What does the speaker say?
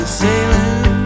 sailing